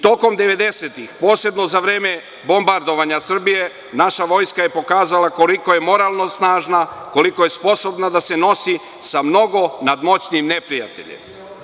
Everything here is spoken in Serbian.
Tokom 90-ih, posebno za vreme bombardovanja Srbije, naša vojska je pokazala koliko je moralno snažna, koliko je sposobna da se nosi sa mnogo nadmoćnijim neprijateljem.